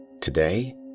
Today